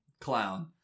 clown